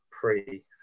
pre